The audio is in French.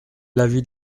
l’avis